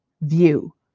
view